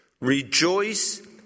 Rejoice